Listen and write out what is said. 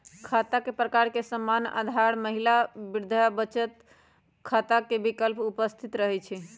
खता के प्रकार में सामान्य, आधार, महिला, वृद्धा बचत खता के विकल्प उपस्थित रहै छइ